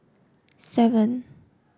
seven